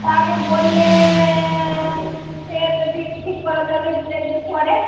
তা আগে বললে সে একটা দিন ঠিক করা যাবে দু একদিন পরে